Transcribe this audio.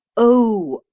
oh,